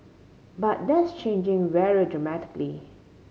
but that's changing very dramatically